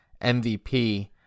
MVP